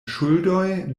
ŝuldoj